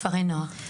בכפרי נוער.